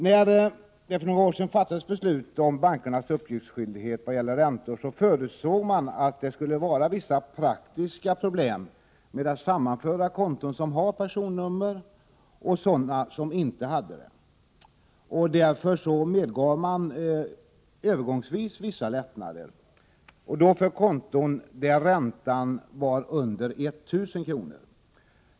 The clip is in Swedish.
När det för några år sedan fattades beslut om bankernas uppgiftsskyldighet vad gäller räntor, förutsåg man att det skulle vara vissa praktiska problem med att sammanföra konton som har personnummer med sådana som inte har det. Därför medgav man övergångsvis vissa lättnader. Det gäller då konton där räntan var under 1 000 kr.